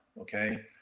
Okay